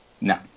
No